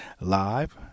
live